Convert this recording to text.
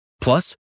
Plus